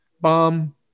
bomb